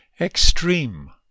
extreme